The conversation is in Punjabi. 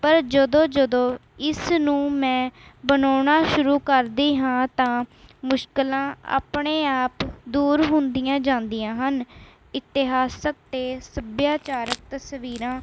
ਪਰ ਜਦੋਂ ਜਦੋਂ ਇਸ ਨੂੰ ਮੈਂ ਬਣਾਉਣਾ ਸ਼ੁਰੂ ਕਰਦੀ ਹਾਂ ਤਾਂ ਮੁਸ਼ਕਲਾਂ ਆਪਣੇ ਆਪ ਦੂਰ ਹੁੰਦੀਆਂ ਜਾਂਦੀਆਂ ਹਨ ਇਤਿਹਾਸਕ ਅਤੇ ਸੱਭਿਆਚਾਰਕ ਤਸਵੀਰਾਂ